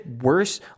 worse